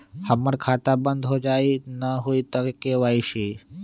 हमर खाता बंद होजाई न हुई त के.वाई.सी?